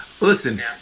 Listen